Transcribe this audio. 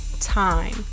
time